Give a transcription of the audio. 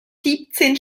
siebzehn